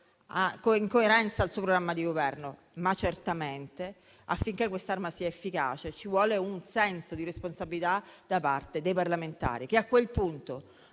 in coerenza al suo programma di Governo. Ma certamente, affinché quest'arma sia efficace, ci vuole un senso di responsabilità da parte dei parlamentari, che a quel punto